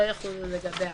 לא יחולו לגביה,